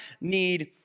Need